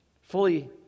Fully